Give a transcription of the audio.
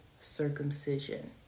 circumcision